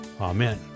Amen